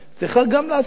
צריכה גם לעשות תיקונים,